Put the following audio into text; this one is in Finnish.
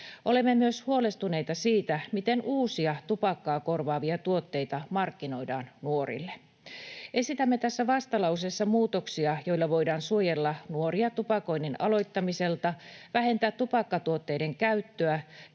Olemme myös huolestuneita siitä, miten uusia tupakkaa korvaavia tuotteita markkinoidaan nuorille. Esitämme tässä vastalauseessa muutoksia, joilla voidaan suojella nuoria tupakoinnin aloittamiselta, vähentää tupakkatuotteiden käyttöä,